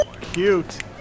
Cute